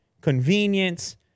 convenience